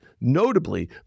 notably